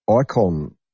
icon